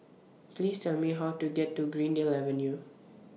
Please Tell Me How to get to Greendale Avenue